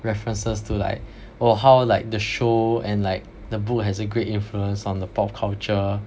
references to like or how like the show and like the book has a great influence on the pop culture